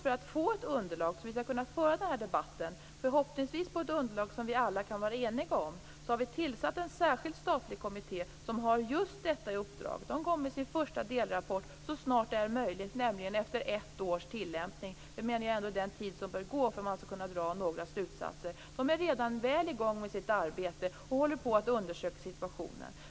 För att vi förhoppningsvis skall kunna föra denna debatt på ett underlag som vi alla kan vara eniga om har vi tillsatt en särskild statlig kommitté som har just detta uppdrag. Den kommer med sin första delrapport så snart det är möjligt, nämligen efter ett års tillämpning. Den tiden bör gå för att man skall kunna dra några slutsatser. Kommittén är redan väl i gång med sitt arbete och håller på att undersöka situationen.